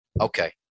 Okay